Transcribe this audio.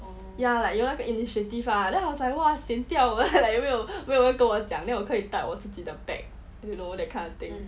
ya like 有那个 initiative ah then I was like !wah! sian 掉没有人跟我讲了 then 我可以带我自己的 bag you know that kind of thing